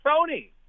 Tony